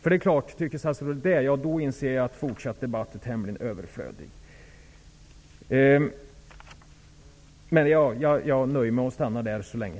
Om statsrådet tycker det, inser jag att en fortsatt debatt är tämligen överflödig. Jag nöjer mig med dessa frågor så länge.